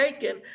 taken